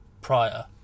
prior